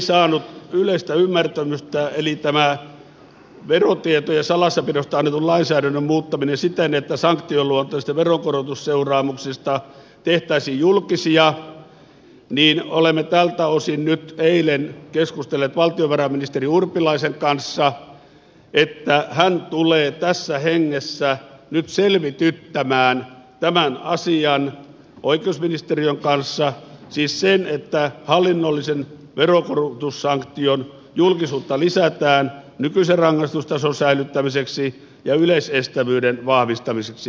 kun tämä lausuma eli verotietojen salassapidosta annetun lainsäädännön muuttaminen siten että sanktioluonteisista veronkorotusseuraamuksista tehtäisiin julkisia ei saanut yleistä ymmärtämystä niin olemme tältä osin nyt eilen keskustelleet valtiovarainministeri urpilaisen kanssa että hän tulee tässä hengessä nyt selvityttämään tämän asian oikeusministeriön kanssa siis sen että hallinnollisen veronkorotussanktion julkisuutta lisätään nykyisen rangaistustason säilyttämiseksi ja yleisestävyyden vahvistamiseksi